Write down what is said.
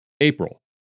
April